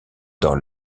dans